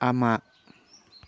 ꯑꯃ